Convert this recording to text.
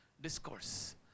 discourse